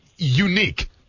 Unique